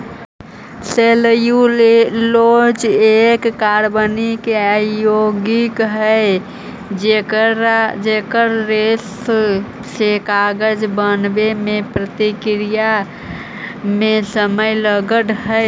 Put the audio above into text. cellulose एक कार्बनिक यौगिक हई जेकर रेशा से कागज बनावे के प्रक्रिया में समय लगऽ हई